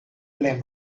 blame